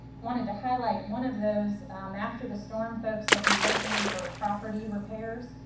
wanted to highlight one of those after the storm folks will be looking for property repairs,